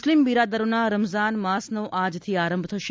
મુસ્લિમ બિરાદરોના રમજાન માસનો આજથી આરંભ થશે